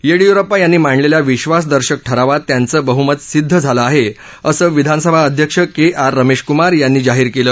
येडीयुरप्पा यांनी मांडलेल्या विश्वासदर्शक ठरावात त्यांचं बहुमत सिद्ध झालं आहे असं विधानसभा अध्यक्ष के आर रमेश कुमार यांनी जाहीर केलं